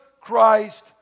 Christ